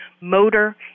motor